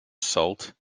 salt